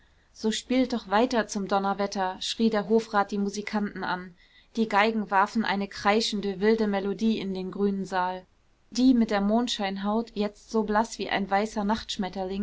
so spielt doch weiter zum donnerwetter schrie der hofrat die musikanten an die geigen warfen eine kreischende wilde melodie in den grünen saal die mit der mondscheinhaut jetzt so blaß wie ein weißer